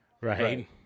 right